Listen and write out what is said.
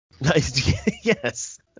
Yes